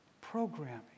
Programming